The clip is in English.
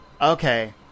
Okay